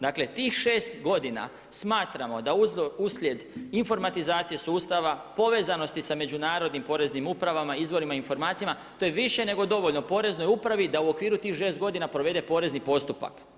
Dakle, tih 6 godina smatramo da uslijed informatizacije sustava, povezanosti sa međunarodnim poreznim upravama, izvorima, informacijama to je više nego dovoljno Poreznoj upravi da u okviru tih 6 godina provede porezni postupak.